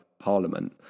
Parliament